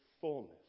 fullness